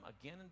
again